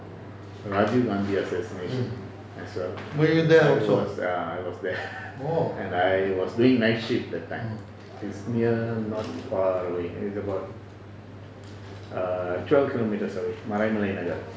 mm oh you were there also orh